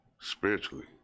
spiritually